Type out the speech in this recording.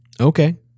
Okay